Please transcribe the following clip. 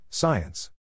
Science